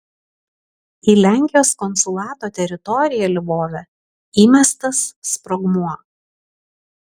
į lenkijos konsulato teritoriją lvove įmestas sprogmuo